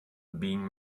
being